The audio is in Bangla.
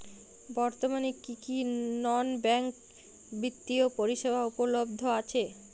বর্তমানে কী কী নন ব্যাঙ্ক বিত্তীয় পরিষেবা উপলব্ধ আছে?